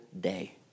day